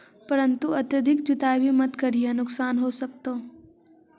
परंतु अत्यधिक जुताई भी मत करियह नुकसान हो सकतो